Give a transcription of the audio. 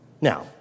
Now